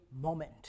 moment